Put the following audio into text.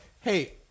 hey